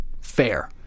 Fair